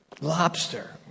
lobster